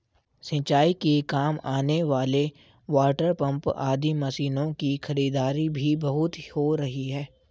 सिंचाई के काम आने वाले वाटरपम्प आदि मशीनों की खरीदारी भी बहुत हो रही है